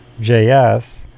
JS